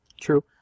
True